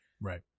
Right